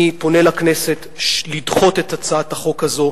אני פונה לכנסת לדחות את הצעת החוק הזאת.